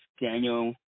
Daniel